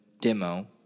demo